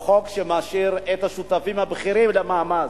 זה חוק שמשאיר את השותפים הבכירים למאמץ,